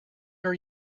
are